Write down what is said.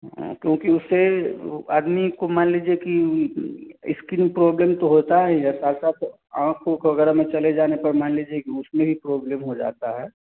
हाँ क्योंकि उससे वो आदमी को मान लीजिए कि ऊ इस्किन प्रोब्लम तो होता ही है साथ साथ आँख उंख वगैरह में चले जाने पर मान लीजिए कि उसमें भी प्रोब्लम हो जाता है